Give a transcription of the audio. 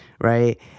right